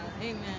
Amen